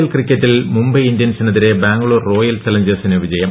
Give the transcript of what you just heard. L ക്രിക്കറ്റിൽ മുംബൈ ഇന്ത്യൻസിനെതിരെ Bangalore royal ചലഞ്ചേഴ്സിന് വിജയം